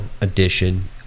edition